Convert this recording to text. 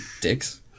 dicks